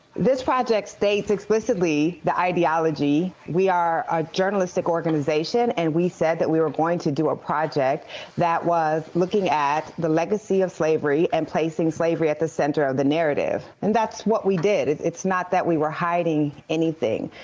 this project states explicitly the ideology. we are a journalistic organization and we said we were going to do a project that was looking at the legacy of slavery and placing slavery at the center of the narrative, and that's what we did. it is not that we were hiding anything.